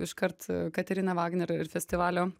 iškart katerina vagner ir festivalio